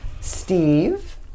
Steve